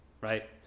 right